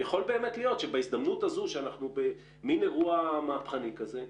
יכול להיות שבהזדמנות הזו שאנחנו במין אירוע מהפכני כזה,